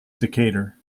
decatur